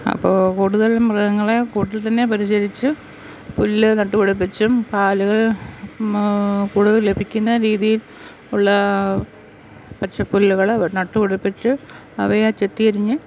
അപ്പോൾ കൂടുതലും മൃഗങ്ങളെ കൂട്ടിൽ തന്നെ പരിചരിച്ച് പുല്ല് നട്ട് പിടിപ്പിച്ചും പാലുകൾ കൂടുതൽ ലഭിക്കുന്ന രീതിയിൽ ഉള്ള പച്ച പുല്ലുകള് നട്ട് പിടിപ്പിച്ച് അവയെ ചെത്തി അരിഞ്ഞ്